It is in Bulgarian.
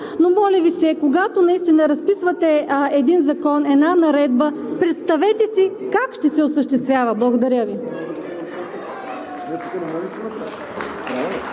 но моля Ви, когато разписвате един закон, една наредба, представете си как ще се осъществява. Благодаря Ви.